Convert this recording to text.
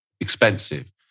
expensive